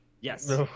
yes